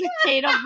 potato